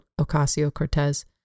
Ocasio-Cortez